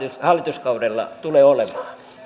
hallituskaudella tule olemaan